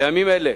בימים אלה